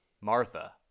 Martha